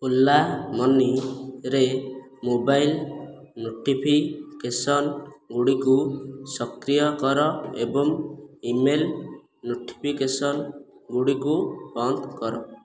ଓଲା ମନିରେ ମୋବାଇଲ୍ ନୋଟିଫିକେସନ୍ଗୁଡ଼ିକୁ ସକ୍ରିୟ କର ଏବଂ ଇମେଲ୍ ନୋଟିଫିକେସନ୍ଗୁଡ଼ିକୁ ବନ୍ଦ କର